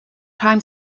time